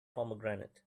pomegranate